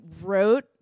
wrote